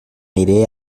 iré